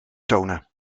tonen